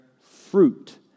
fruit